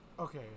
Okay